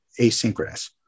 asynchronous